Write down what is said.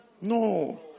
No